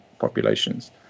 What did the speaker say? populations